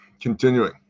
continuing